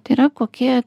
tai yra kokie